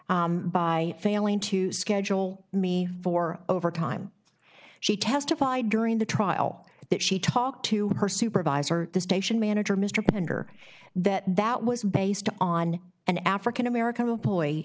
by failing to schedule me for overtime she testified during the trial that she talked to her supervisor the station manager mr pender that that was based on an african american